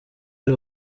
ari